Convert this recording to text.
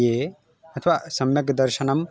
ये अथवा सम्यक् दर्शनं